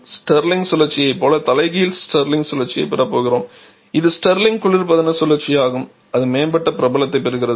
Stirling சுழற்சியைப் போல தலைகீழ் ஸ்டிர்லிங் சுழற்சியைப் பெறுகிறோம் இது ஸ்டிர்லிங் குளிர்பதன சுழற்சி ஆகும் இது மேம்பட்ட பிரபலத்தைப் பெறுகிறது